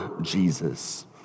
Jesus